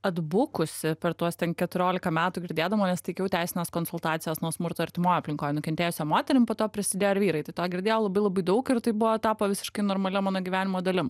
atbukusi per tuos keturiolika metų girdėdama nes teikiau teisines konsultacijas nuo smurto artimoj aplinkoj nukentėjusia moterim po to prisidėjo ir vyrai tai tą girdėjau labai labai daug ir tai buvo tapo visiškai normalia mano gyvenimo dalim